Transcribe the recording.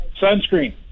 sunscreen